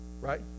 right